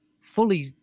fully